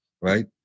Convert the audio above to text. Right